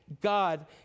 God